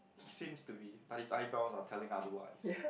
he seems to be but his eyebrows are telling otherwise